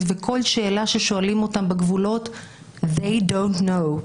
וכל שאלה ששואלים אותם בגבולות They don't know,